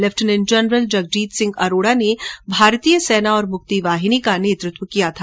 lieutenant general Jagjit Singh Arora ने भारतीय सेना और मुक्तिवाहिनी का नेतृत्व किया था